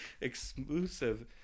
exclusive